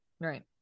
Right